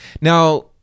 Now